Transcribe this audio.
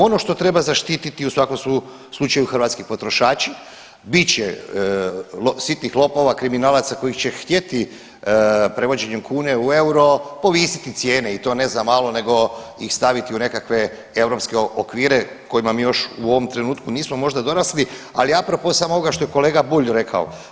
Ono što treba zaštititi u svakom su slučaju hrvatski potrošači, bit će sitnih lopova, kriminalaca koji će htjeti prevođenjem kune u euro povisiti cijene i to ne za malo nego ih staviti u nekakve europske okvire kojima mi još u ovom trenutku nismo možda dorasli, ali a propo samo ovoga što je kolega Bulj rekao.